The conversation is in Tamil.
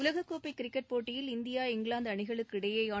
உலகக்கோப்பை கிரிக்கெட் போட்டியில் இந்தியா இங்கிலாந்து அணிகளுக்கு இடையேயான